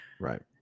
Right